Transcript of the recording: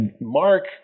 Mark